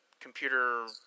Computer